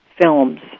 films